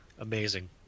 Amazing